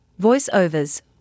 voiceovers